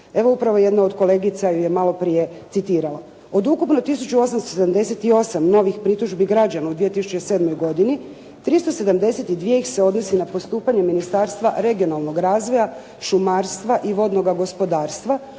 evo upravo jedna od kolegica ju je malo prije citirala: «Od ukupno tisuću 878 novih pritužbi građana u 2007. godini, 372 ih se odnosi na postupanje Ministarstva regionalnog razvoja, šumarstva i vodnoga gospodarstva,